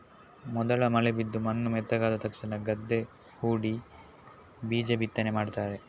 ಮೊದಲ ಮಳೆ ಬಿದ್ದು ಮಣ್ಣು ಮೆತ್ತಗಾದ ತಕ್ಷಣ ಗದ್ದೆ ಹೂಡಿ ಬೀಜ ಬಿತ್ತನೆ ಮಾಡ್ತಾರೆ